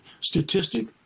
statistic